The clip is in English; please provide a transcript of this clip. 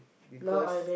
because